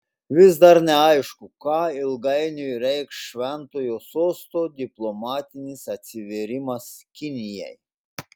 vis dar neaišku ką ilgainiui reikš šventojo sosto diplomatinis atsivėrimas kinijai